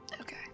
Okay